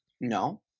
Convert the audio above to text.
No